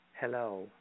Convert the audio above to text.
Hello